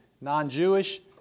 non-Jewish